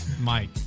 Mike